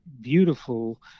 beautiful